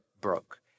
broke